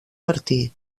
bertí